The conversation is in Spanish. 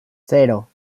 cero